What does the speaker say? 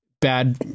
bad